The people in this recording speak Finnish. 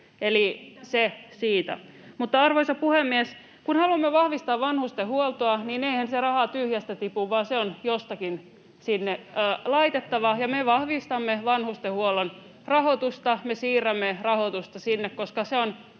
Arvoisa puhemies! Kun haluamme vahvistaa vanhustenhuoltoa, niin eihän se raha tyhjästä tipu, vaan se on jostakin sinne laitettava. [Sari Sarkomaa: Sairailta!] Me vahvistamme vanhustenhuollon rahoitusta, me siirrämme rahoitusta sinne, koska se